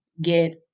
get